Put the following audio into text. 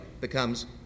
becomes